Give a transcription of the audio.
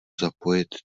zapojit